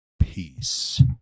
peace